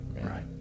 Right